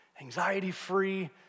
anxiety-free